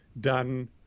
done